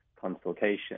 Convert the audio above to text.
consultation